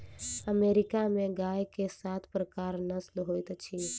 America में गाय के सात प्रकारक नस्ल होइत अछि